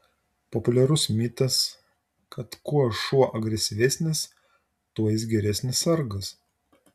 populiarus mitas kad kuo šuo agresyvesnis tuo jis geresnis sargas